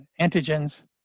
antigens